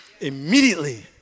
Immediately